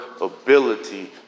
ability